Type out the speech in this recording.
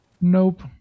nope